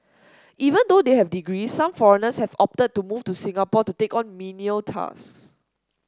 even though they have degree some foreigners have opted to move to Singapore to take on menial tasks